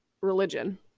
religion